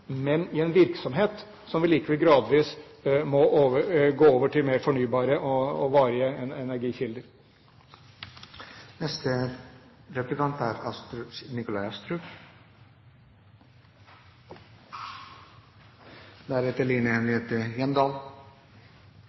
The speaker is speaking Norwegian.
Men det er en virksomhet som vi likevel gradvis må la gå over i mer fornybare og varige